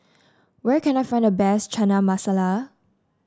where can I find the best Chana Masala